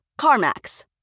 CarMax